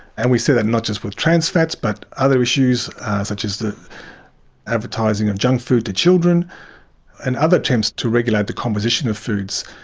and we see that not just with trans fats, but other issues such as the advertising of junk food to children and other attempts to regulate the composition of foods.